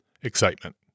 Excitement